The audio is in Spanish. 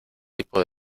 tipo